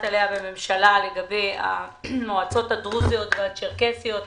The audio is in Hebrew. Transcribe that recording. עליה בממשלה לגבי המועצות הדרוזיות והצ'רקסיות.